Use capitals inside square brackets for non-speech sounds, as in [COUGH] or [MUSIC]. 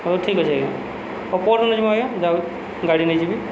ହଉ ଠିକ୍ ଅଛି ଆଜ୍ଞା [UNINTELLIGIBLE] ଗାଡ଼ି ନେଇଯିବି